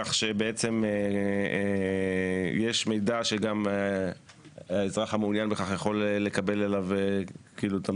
כך שבעצם יש מידע שגם האזרח המעוניין בכך יכול לקבל עליו תמצית